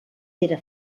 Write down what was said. era